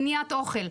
מניעת אוכל,